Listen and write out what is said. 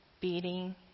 beating